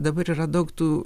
dabar yra daug tų